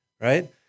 right